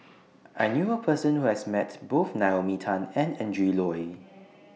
I knew A Person Who has Met Both Naomi Tan and Adrin Loi